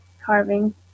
carving